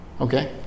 Okay